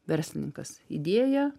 verslininkas idėja